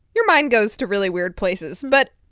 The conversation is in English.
your mind goes to really weird places. but,